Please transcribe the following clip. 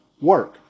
work